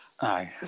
Aye